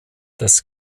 des